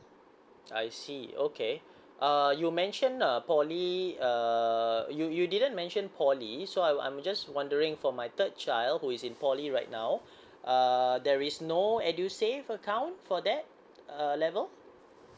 I see okay uh you mention uh poly uh you you didn't mention poly so I'm I'm just wondering for my third child who is in poly right now err there is no edusave account for that uh level